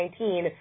2019